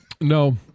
No